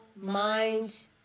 mind